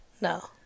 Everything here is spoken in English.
No